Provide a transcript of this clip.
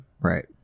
Right